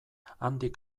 handik